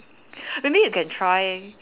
maybe you can try